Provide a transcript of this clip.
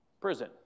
Prison